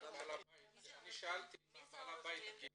אני שאלתי אם בעל הבית גילה.